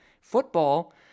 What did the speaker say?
Football